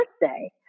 birthday